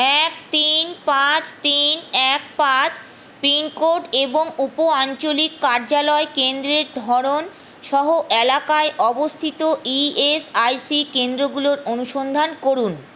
এক তিন পাঁচ তিন এক পাঁচ পিনকোড এবং উপ আঞ্চলিক কার্যালয় কেন্দ্রের ধরন সহ এলাকায় অবস্থিত ইএসআইসি কেন্দ্রগুলোর অনুসন্ধান করুন